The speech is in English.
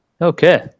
Okay